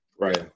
Right